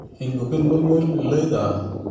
ᱤᱧ ᱜᱩᱯᱤ ᱢᱩᱨᱢᱩᱧ ᱞᱟᱹᱭᱫᱟ